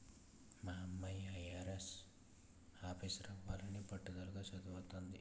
మా అమ్మాయి ఐ.ఆర్.ఎస్ ఆఫీసరవ్వాలని పట్టుదలగా చదవతంది